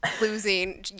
losing